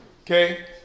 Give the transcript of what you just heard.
okay